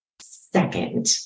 second